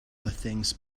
things